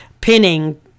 pinning